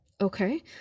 okay